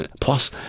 Plus